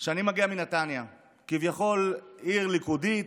שאני מגיע מנתניה, כביכול עיר ליכודית,